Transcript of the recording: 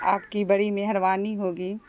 آپ کی بڑی مہربانی ہوگی